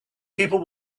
people